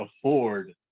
afford